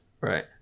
Right